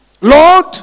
Lord